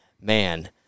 Man